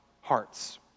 hearts